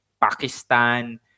Pakistan